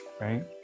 right